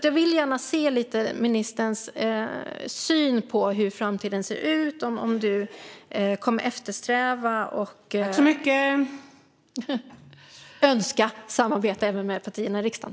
Jag vill därför gärna höra hur ministern ser på framtiden och om hon kommer att eftersträva och önska samarbete även med övriga partier i riksdagen.